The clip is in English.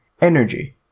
energy